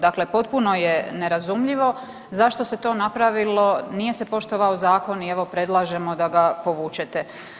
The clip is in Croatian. Dakle, potpuno je nerazumljivo zašto se to napravilo, nije se poštovao zakon i evo predlažemo da ga povučete.